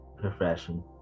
profession